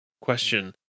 question